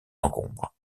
encombre